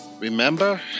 Remember